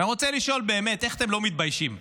אני רוצה לשאול באמת: איך אתם לא מתביישים?